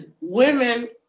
women